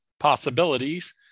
possibilities